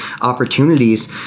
opportunities